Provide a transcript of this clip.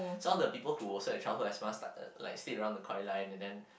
saw all the people who were also childhood asthma like stayed around the co~ line and then